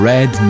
Red